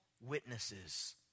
witnesses